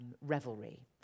revelry